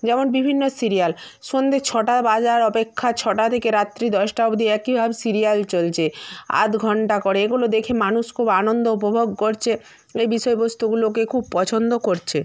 যেমন বিভিন্ন সিরিয়াল সন্ধে ছটা বাজার অপেক্ষা ছটা থেকে রাত্রি দশটা অবদি একইভাবে সিরিয়াল চলছে আধ ঘন্টা করে এগুলো দেখে মানুষ খুব আনন্দ উপভোগ করছে এই বিষয়বস্তুগুলোকে খুব পছন্দ করছে